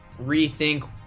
rethink